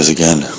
again